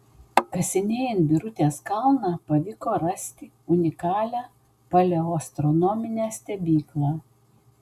kasinėjant birutės kalną pavyko rasti unikalią paleoastronominę stebyklą